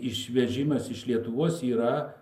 išvežimas iš lietuvos yra